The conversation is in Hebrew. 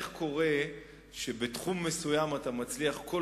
איך קורה שבתחום מסוים אתה מצליח כל